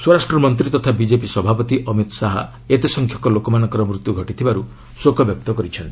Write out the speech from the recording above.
ସ୍ୱରାଷ୍ଟ୍ର ମନ୍ତ୍ରୀ ତଥା ବିଜେପି ସଭାପତି ଅମିତ୍ ଶାହା ଏତେ ସଂଖ୍ୟକ ଲୋକମାନଙ୍କର ମୃତ୍ୟୁ ଘଟିଥିବାରୁ ଶୋକ ପ୍ରକାଶ କରିଛନ୍ତି